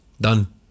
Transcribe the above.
Done